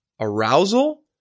arousal